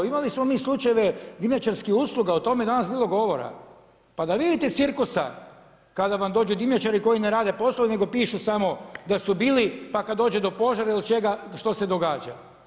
Imali smo mi slučajeve dimnjačarskih usluga, o tome je danas bilo govora, pa da vidite cirkusa kada vam dođu dimnjačari koji ne rade posao nego pišu samo da su bili pa kad dođe do požara ili čega, što se događa.